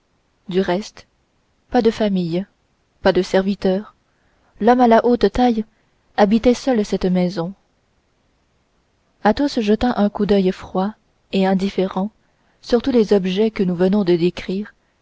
du reste pas de famille pas de serviteurs l'homme à la haute taille habitait seul cette maison athos jeta un coup d'oeil froid et indifférent sur tous les objets que nous venons de décrire